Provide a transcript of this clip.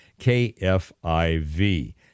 KFIV